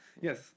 yes